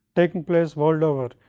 taking place world over,